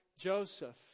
Joseph